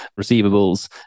receivables